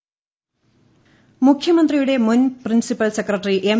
അതേ സമയം മുഖ്യമന്ത്രിയുടെ മുൻ പ്രിൻസിപ്പൽ സെക്രട്ടറി എം